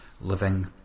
living